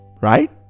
right